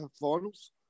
finals